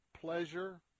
pleasure